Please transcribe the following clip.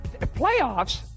Playoffs